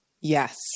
yes